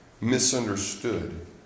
misunderstood